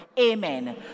amen